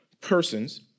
persons